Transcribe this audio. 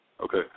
Okay